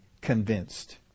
convinced